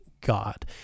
God